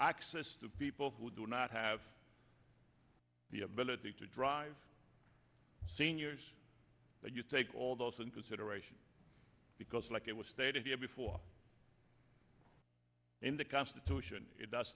access to people who do not have the ability to drive seniors that you take all those in consideration because like it was stated here before in the constitution